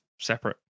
separate